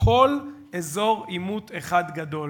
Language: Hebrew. הכול אזור עימות אחד גדול.